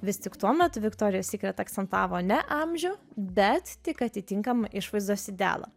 vis tik tuo metu viktorija sykret akcentavo ne amžių bet tik atitinkamą išvaizdos idealą